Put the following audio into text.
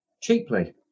cheaply